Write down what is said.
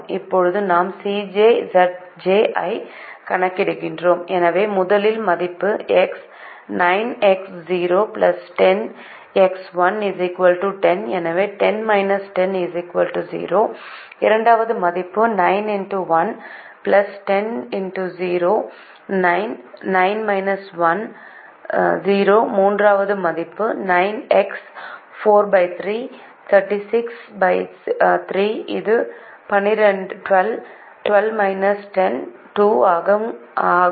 இப்போது நாம் Cj Zj ஐ கணக்கிடுகிறோம் எனவே முதல் மதிப்பு 10 எனவே 0 இரண்டாவது மதிப்பு 9 0 மூன்றாவது மதிப்பு 9x 43 363 இது 12 2 ஆக 2 ஆகும்